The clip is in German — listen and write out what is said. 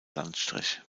landstrich